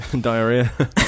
Diarrhea